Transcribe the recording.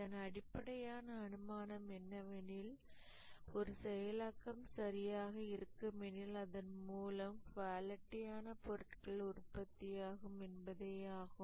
இதன் அடிப்படையான அனுமானம் என்னவெனில் ஒரு செயலாக்கம் சரியாக இருக்குமெனில் அதன்மூலம் குவாலிட்டியான பொருட்கள் உற்பத்தியாகும் என்பதேயாகும்